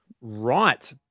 Right